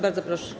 Bardzo proszę.